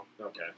Okay